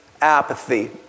apathy